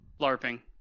larping